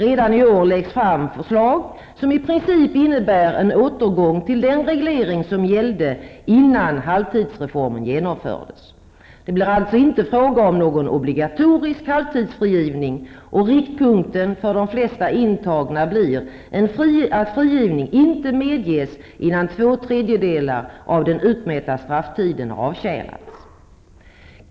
Redan i år kommer förslag att läggas fram som i princip innebär en återgång till den reglering som gällde innan halvtidsreformen genomfördes. Det blir alltså inte fråga om någon obligatorisk halvtidsfrigivning, och riktpunkten för de flesta intagna blir att frigivning inte medges innan två tredjedelar av den utmätta strafftiden avtjänats.